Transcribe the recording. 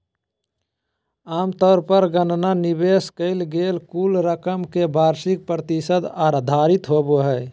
आमतौर पर गणना निवेश कइल गेल कुल रकम के वार्षिक प्रतिशत आधारित होबो हइ